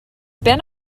been